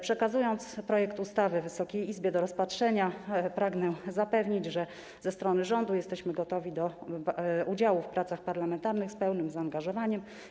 Przekazując projekt ustawy Wysokiej Izbie do rozpatrzenia, pragnę zapewnić, że ze strony rządu jesteśmy gotowi do udziału w pracach parlamentarnych z pełnym zaangażowaniem.